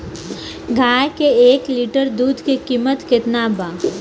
गाय के एक लीटर दुध के कीमत केतना बा?